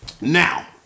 now